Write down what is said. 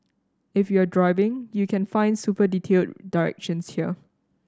if you're driving you can find super detailed directions here